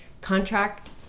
Contract